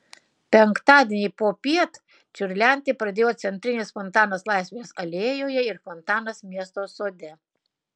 penktadienį popiet čiurlenti pradėjo centrinis fontanas laisvės alėjoje ir fontanas miesto sode